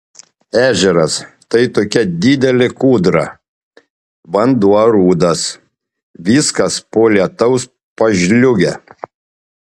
ežeras tai tokia didelė kūdra vanduo rudas viskas po lietaus pažliugę